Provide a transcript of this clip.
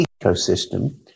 ecosystem